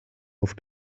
auf